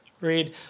read